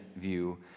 view